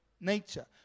nature